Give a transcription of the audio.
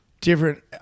different –